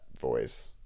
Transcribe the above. voice